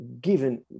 given